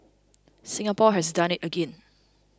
Singapore has done it again